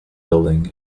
building